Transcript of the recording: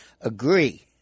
agree